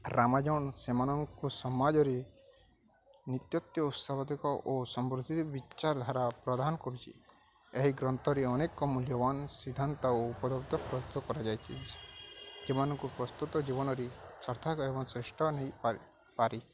ରାମାଜନ ସେମାନଙ୍କୁ ସମାଜରେ ନିତତ୍ୱ ଉତ୍ସାବାଧିକ ଓ ସମୃଦ୍ଧତି ବିଚାରଧାରା ପ୍ରଦାନ କରୁଛି ଏହି ଗ୍ରନ୍ଥରେ ଅନେକ ମୂଲ୍ୟବାନ ସିଦ୍ଧାନ୍ତ ଓ ଉପଲବ୍ଧ ପ୍ରସ୍ତୁତ କରାଯାଇଛି ସେମାନଙ୍କୁ ପ୍ରସ୍ତୁତ ଜୀବନରେ ସାର୍ଥକ ଏବଂ ଶ୍ରେଷ୍ଠ ନେଇପାର ପାରି